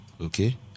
okay